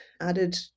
added